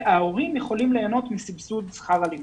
וההורים יכולים ליהנות מסבסוד שכר הלימוד.